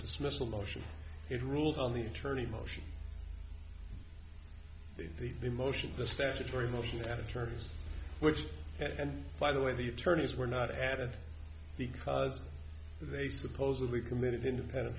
dismissal motion he ruled on the attorney motion the the motion the statutory motion that attorneys which and by the way the attorneys were not added because they supposedly committed independent